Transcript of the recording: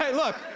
ah look.